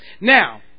Now